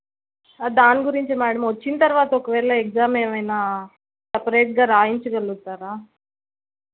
దాని గురించి మ్యాడమ్ వచ్చిన తర్వాత ఒకవేళ ఎగ్జామ్ ఏమన్న సపరేట్గా రాయించగలుగుతారా